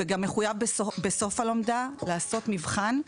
וגם מחויב בסוף הלומדה לעשות מבחן.